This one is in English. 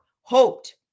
hoped